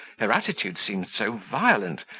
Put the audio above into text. her attitudes seemed so violent,